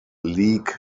league